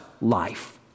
life